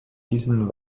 diesen